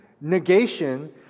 negation